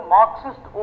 Marxist